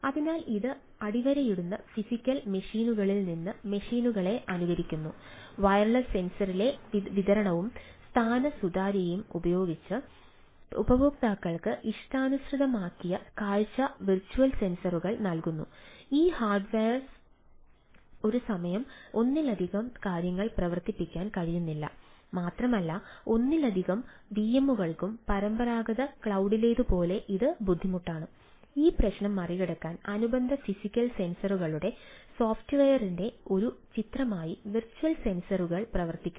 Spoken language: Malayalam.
അതിനാൽ ഇത് അടിവരയിടുന്ന ഫിസിക്കൽ മെഷീനുകളിൽ പ്രവർത്തിക്കുന്നു